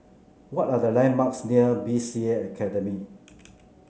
what are the landmarks near B C A Academy